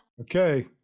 Okay